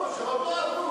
לא, שעוד לא עבדו.